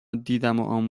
دیدم